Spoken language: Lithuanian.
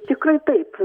tikrai taip